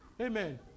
Amen